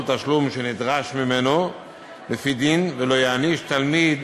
תשלום שנדרש ממנו לפי דין ולא יעניש תלמיד